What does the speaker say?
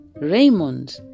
Raymond